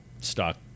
stock